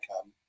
come